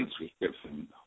subscription